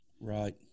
right